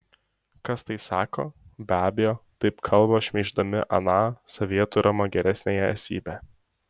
kas tai sako be abejo taip kalba šmeiždami aną savyje turimą geresniąją esybę